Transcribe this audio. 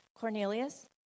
Cornelius